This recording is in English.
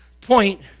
point